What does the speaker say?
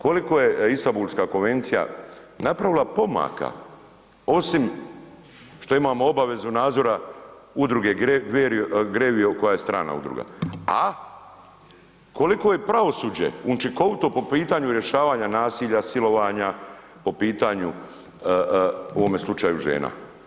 Koliko je Istambulska konvencija napravila pomaka osim što imamo obavezu nadzora udruge Grevija koja je strana udruga, a koliko je pravosuđe učinkovito po pitanju rješavanja nasilja silovanja, po pitanju u ovome slučaju žena.